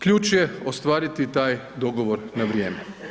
Ključ je ostvariti taj dogovor na vrijeme.